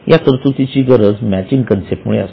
या तरतुदीची गरज मॅचिंग कन्सेप्ट मुळे असते